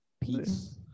Peace